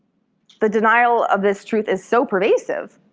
the denial of this truth is so pervasive,